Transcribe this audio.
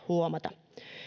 huomata